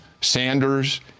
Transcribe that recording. Sanders